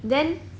then